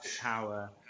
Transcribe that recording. power